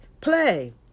play